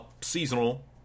seasonal